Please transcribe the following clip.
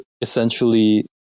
essentially